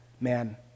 man